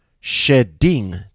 shedding